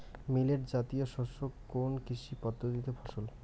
Millet জাতীয় শস্য কোন কৃষি পদ্ধতির ফসল?